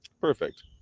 Perfect